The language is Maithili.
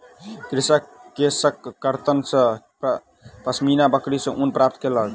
कृषक केशकर्तन सॅ पश्मीना बकरी सॅ ऊन प्राप्त केलक